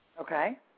Okay